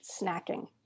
snacking